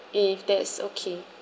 if that is okay